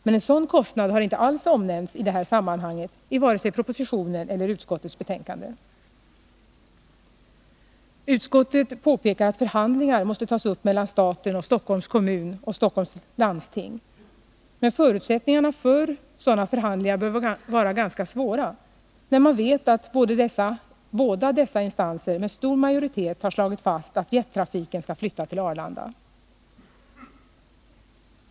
Men någon sådan kostnad har inte alls omnämnts i det här sammanhanget vare sig i propositionen eller i utskottets betänkande. Utskottet påpekar att förhandlingar måste tas upp mellan staten, Stockholms kommun och Stockholms läns landsting. Men förutsättningarna för sådana förhandlingar bör vara ganska små, eftersom båda dessa instanser med stor majoritet har slagit fast att jettrafiken skall flytta till Arlanda.